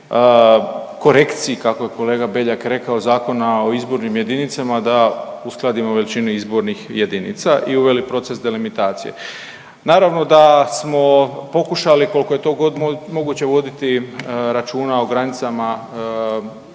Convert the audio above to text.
korekciji, kako je kolega Beljak rekao, Zakona o izbornim jedinicama da uskladimo većinu izbornih jedinica i uveli proces delimitacije. Naravno da smo pokušali koliko je to god moguće voditi računa o granicama